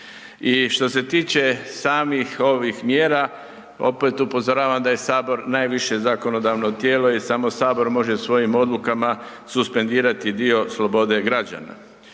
I što se tiče samih ovih mjera, opet upozoravam da je Sabor najviše zakonodavno tijelo i samo Sabor može svojim odlukama suspendirati dio slobode građana.